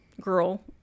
girl